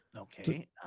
Okay